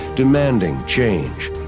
demanding change.